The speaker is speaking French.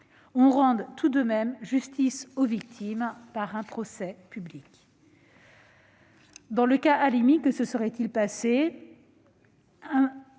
on rende tout de même justice aux victimes par un procès public. Dans le cas Halimi, que se serait-il passé ?